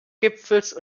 gipfels